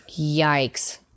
yikes